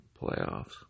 Playoffs